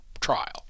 trial